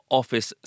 office